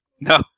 No